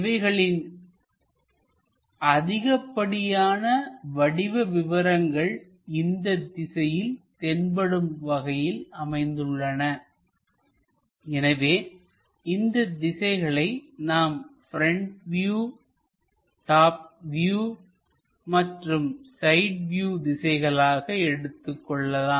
இவைகளின் அதிகப்படியான வடிவ விவரங்கள் இந்த திசையில் தென்படும் வகையில் அமைந்துள்ளனஎனவே இந்த திசைகளை நாம் ப்ரெண்ட் வியூ டாப் வியூ மற்றும் சைடு வியூ திசைகளாக எடுத்துக் கொள்ளலாம்